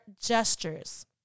gestures